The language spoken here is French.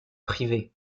privé